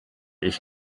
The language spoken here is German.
ich